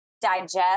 digest